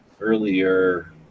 earlier